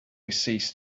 ceased